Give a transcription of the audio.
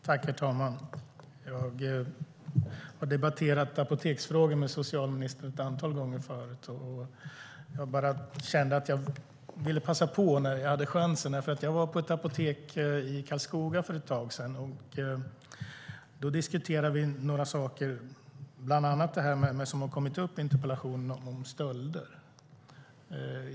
Herr talman! Jag har debatterat apoteksfrågor med socialministern ett antal gånger förut. Jag bara kände att jag ville passa på när jag hade chansen. Jag var på ett apotek i Karlskoga för ett tag sedan. Då diskuterade vi några saker, bland annat detta med stölder.